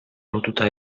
lotuta